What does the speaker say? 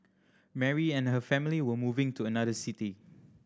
Mary and her family were moving to another city